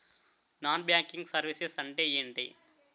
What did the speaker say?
Non banking services అంటే ఎంటి?